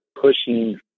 pushing